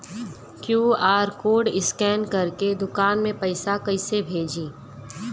QR code scan करके दुकान में पैसा कइसे भेजी?